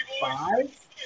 five